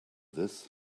this